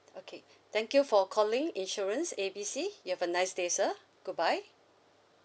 okay thank you for calling insurance A B C you have a nice day sir goodbye